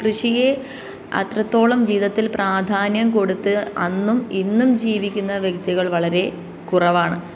കൃഷിയെ അത്രത്തോളം ജീവിതത്തിൽ പ്രാധാന്യം കൊടുത്ത് അന്നും ഇന്നും ജീവിക്കുന്ന വ്യക്തികൾ വളരെ കുറവാണ്